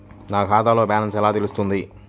నా ఖాతాలో బ్యాలెన్స్ ఎలా తెలుస్తుంది?